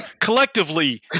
collectively